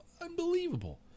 unbelievable